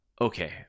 okay